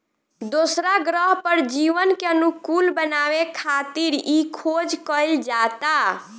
दोसरा ग्रह पर जीवन के अनुकूल बनावे खातिर इ खोज कईल जाता